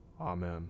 Amen